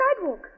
sidewalk